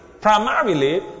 primarily